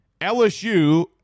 LSU